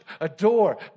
adore